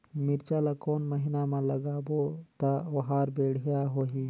मिरचा ला कोन महीना मा लगाबो ता ओहार बेडिया होही?